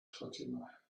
fatima